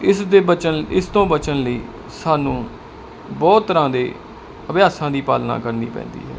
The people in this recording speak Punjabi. ਇਸ ਦੇ ਬਚਨ ਇਸ ਤੋਂ ਬਚਣ ਲਈ ਸਾਨੂੰ ਬਹੁਤ ਤਰ੍ਹਾਂ ਦੇ ਅਭਿਆਸਾਂ ਦੀ ਪਾਲਣਾ ਕਰਨੀ ਪੈਂਦੀ ਹੈ